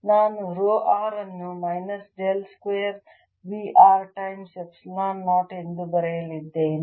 ನಾನು row r ಅನ್ನು minus del square V r times epsilon 0 ಎಂದು ಬರೆಯಲಿದ್ದೇನೆ